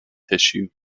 tissue